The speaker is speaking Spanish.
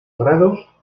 grados